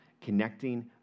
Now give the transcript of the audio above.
connecting